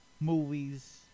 movies